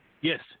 Yes